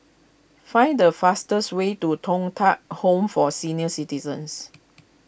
find the fastest way to Thong Tat Home for Senior Citizens